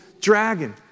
dragon